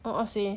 a'ah seh